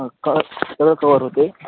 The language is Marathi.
हा कवर सगळे कवर होते